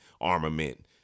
Armament